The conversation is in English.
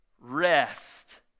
rest